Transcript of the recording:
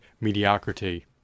mediocrity